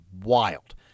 wild